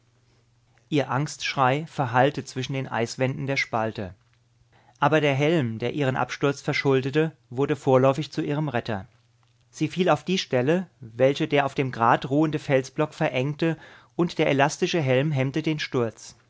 ihr angstschrei verhallte zwischen den eiswänden der spalte aber der helm der ihren absturz verschuldete wurde vorläufig zu ihrem retter sie fiel auf die stelle welche der auf dem grat ruhende felsblock verengte und der elastische helm hemmte den sturz